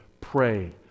pray